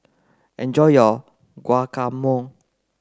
enjoy your Guacamole